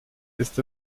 ist